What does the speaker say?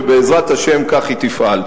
ובעזרת השם כך היא תפעל.